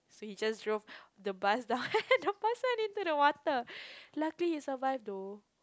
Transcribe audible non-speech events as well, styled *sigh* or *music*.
so he just drove the bus down *laughs* the person into the water lucky he survive though